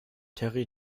terry